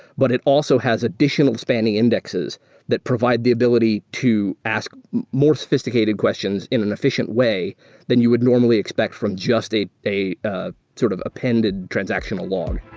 but it also has additional spanning indexes that provide the ability to ask more sophisticated questions in an efficient way than you would normally expect from just a a ah sort of appended transactional log